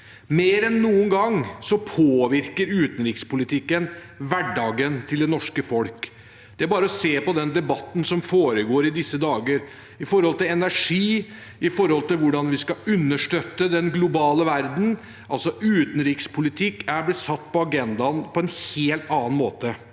Mer enn noen gang påvirker utenrikspolitikken hverdagen til det norske folk. Det er bare å se på den debatten som foregår i disse dager, om energi og hvordan vi skal understøtte den globale verden. Utenrikspolitikk er altså blitt satt på agendaen på en helt annen måte.